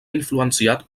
influenciat